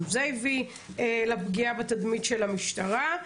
גם זה הביא לפגיעה בתדמית של המשטרה.